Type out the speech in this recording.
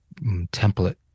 template